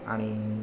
आणि